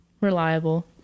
reliable